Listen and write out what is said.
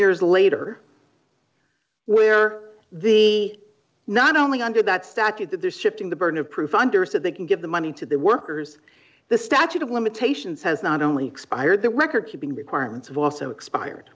years later where the not only under that statute that they're shifting the burden of proof under so they can give the money to the workers the statute of limitations has not only expired the record keeping requirements of also